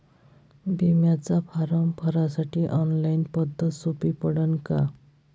बिम्याचा फारम भरासाठी ऑनलाईन पद्धत सोपी पडन का?